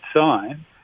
sign